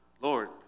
Lord